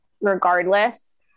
regardless